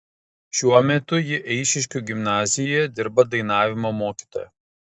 šiuo metu ji eišiškių gimnazijoje dirba dainavimo mokytoja